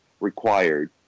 required